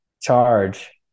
charge